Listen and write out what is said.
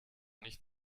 nicht